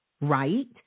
right